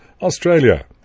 Australia